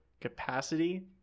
capacity